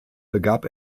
begab